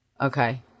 okay